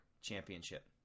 Championship